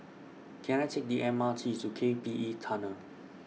Can I Take The M R T to K P E Tunnel